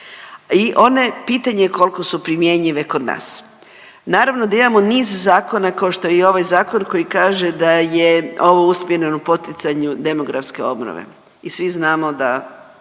I one, pitanje koliko su primjenjive kod nas. Naravno da imamo niz zakona kao što je i ovaj zakon koji kaže da je ovo usmjereno poticanju demografske obnove i svi znamo da,